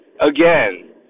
again